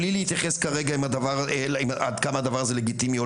בלי להתייחס כרגע עם עד כמה הדבר הזה לגיטימי,